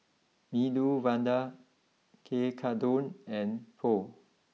Medu Vada Tekkadon and Pho